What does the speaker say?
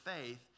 faith